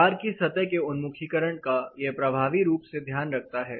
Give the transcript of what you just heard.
दीवार की सतह के उन्मुखीकरण का यह प्रभावी रूप से ध्यान रखता है